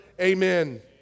Amen